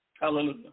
Hallelujah